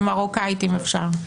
במרוקאית, אם אפשר.